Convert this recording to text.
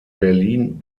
berlin